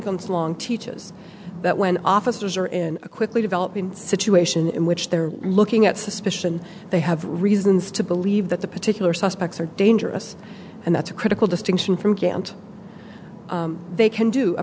comes along teaches that when officers are in a quickly developing situation in which they're looking at suspicion they have reasons to believe that the particular suspects are dangerous and that's a critical distinction from can't they can do a